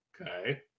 Okay